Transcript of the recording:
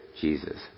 Jesus